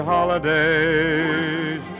Holidays